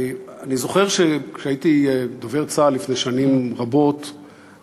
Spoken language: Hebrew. אני זוכר, כשהייתי דובר צה"ל לפני שנים רבות,